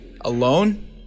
alone